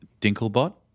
dinklebot